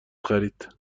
خرید